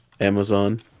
Amazon